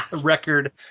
record